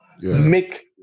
make